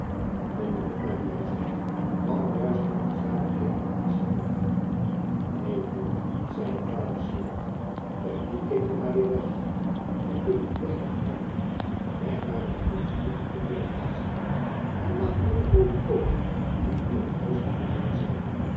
de monnik naar wien hij zocht kwam juist met een zwaren ketel aansjouwen neen broeder zeide vader syard breng dien ketel maar weer weg wij kunnen dien beter gebruiken leg maar een goed vuur op de binnenplaats aan en laat al de olie koken die in t huis te vinden zij